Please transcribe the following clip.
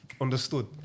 understood